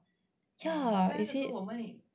ya is it